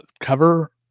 cover